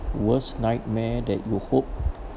worst nightmare that you hope